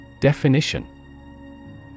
Definition